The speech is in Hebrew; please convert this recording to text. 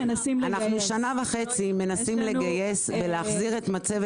שנה וחצי אנחנו מנסים לגייס ולהחזיר את מצבת